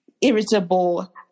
irritable